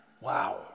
Wow